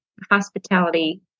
hospitality